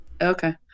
okay